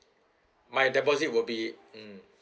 my deposit will be mm